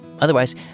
Otherwise